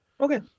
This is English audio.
Okay